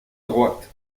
droite